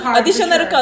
additional